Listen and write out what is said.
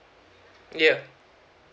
yeuh